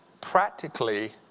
practically